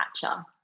catcher